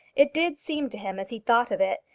it did seem to him, as he thought of it,